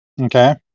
Okay